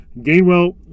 Gainwell